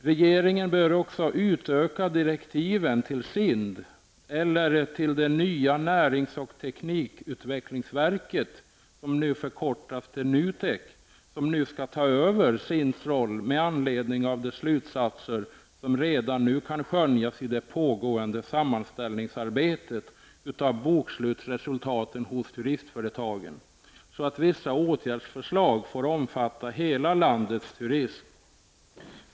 Regeringen bör också utöka direktiven till SIND -- till det nya närings och teknikerutvecklingsverket, NUTEK, som tar över SINDs roll -- med anledning av de slutsatser som redan nu kan skönjas i det pågående sammanställningsarbetet av bokslutsresultaten hos turistföretagen, så att vissa åtgärdsförslag får omfatta hela landets turism.